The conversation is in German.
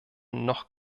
noch